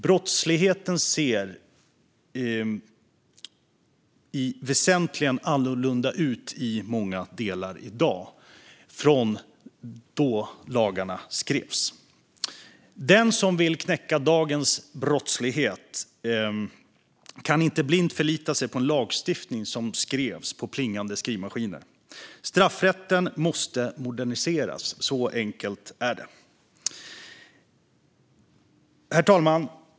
Brottsligheten ser i dag väsentligt annorlunda ut i många delar jämfört med då lagarna skrevs. Den som vill knäcka dagens brottslighet kan inte blint förlita sig på en lagstiftning som skrevs på plingande skrivmaskiner. Straffrätten måste moderniseras. Så enkelt är det. Herr talman!